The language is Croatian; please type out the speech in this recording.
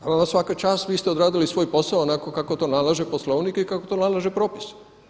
Vama svaka čast, vi ste odradili svoj posao onako kako to nalaže Poslovnik i kako to nalaže propis.